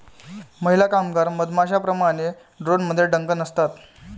महिला कामगार मधमाश्यांप्रमाणे, ड्रोनमध्ये डंक नसतात